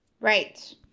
Right